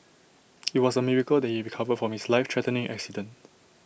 IT was A miracle that he recovered from his life threatening accident